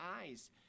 eyes